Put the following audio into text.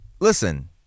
Listen